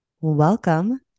Welcome